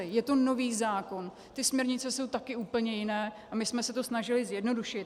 Je to nový zákon, ty směrnice jsou taky úplně jiné a my jsme se to snažili zjednodušit.